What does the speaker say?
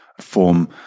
form